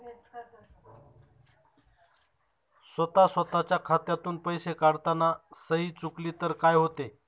स्वतः स्वतःच्या खात्यातून पैसे काढताना सही चुकली तर काय होते?